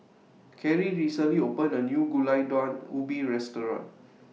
Carri recently opened A New Gulai Daun Ubi Restaurant